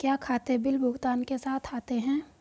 क्या खाते बिल भुगतान के साथ आते हैं?